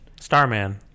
Starman